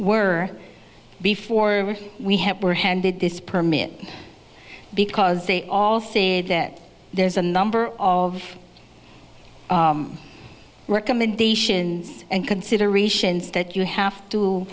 were before we had were handed this permit because they all think that there's a number of recommendations and considerations that you have to